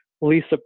Lisa